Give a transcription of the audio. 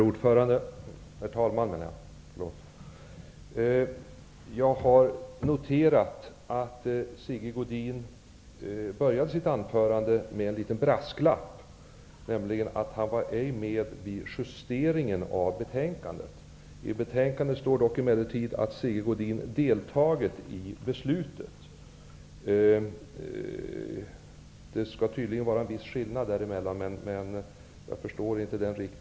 Herr talman! Jag har noterat att Sigge Godin inledde sitt anförande med en liten brasklapp om att han ej var med vid justeringen av betänkandet. Av betänkandet framgår emellertid att Sigge Godin deltagit i beslutet. Tydligen finns det en viss skillnad i det sammanhanget -- jag förstår inte riktigt det här.